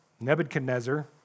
Nebuchadnezzar